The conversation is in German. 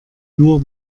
nur